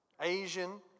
Asian